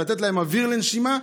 לתת להם אוויר לנשימה.